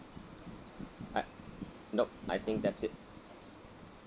I nope I think that's it